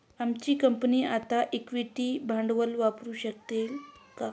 आमची कंपनी आता इक्विटी भांडवल वापरू शकते का?